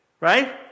Right